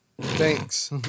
Thanks